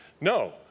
No